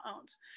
owns